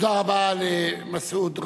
תודה רבה למסעוד גנאים.